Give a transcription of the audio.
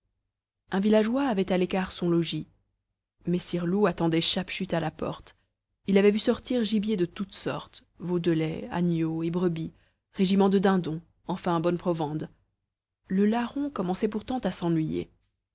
un villageois avait à l'écart son logis messer loup attendait chape chute à la porte il avait vu sortir gibier de toute sorte veaux de lait agneaux et brebis régiment de dindons enfin bonne provende le larron commençait pourtant à s'ennuyer